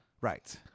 Right